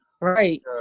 right